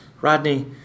Rodney